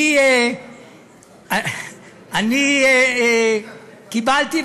אני קיבלתי,